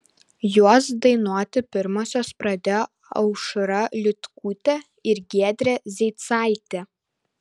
juos dainuoti pirmosios pradėjo aušra liutkutė ir giedrė zeicaitė